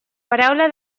paraula